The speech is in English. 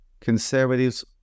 conservatives